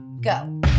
go